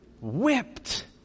whipped